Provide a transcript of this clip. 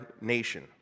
nation